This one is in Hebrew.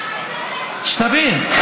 שתבין.